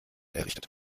errichtet